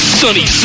sunny